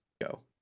go